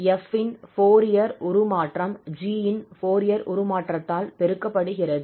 f இன் Fourier உருமாற்றம் g இன் ஃபோரியர் உருமாற்றத்தால் பெருக்கப்படுகிறது